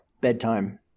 bedtime